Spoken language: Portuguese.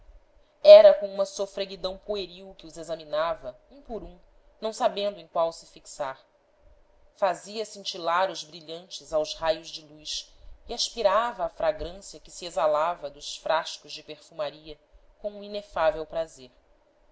era com uma sofreguidão pueril que os examinava um por um não sabendo em qual se fixar fazia cintilar os brilhantes aos raios de luz e aspirava a fragrância que se exala va dos frascos de perfumaria com um inefável prazer